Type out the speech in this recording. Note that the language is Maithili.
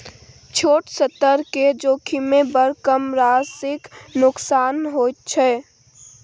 छोट स्तर केर जोखिममे बड़ कम राशिक नोकसान होइत छै